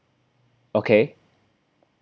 okay